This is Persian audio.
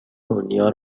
دنیا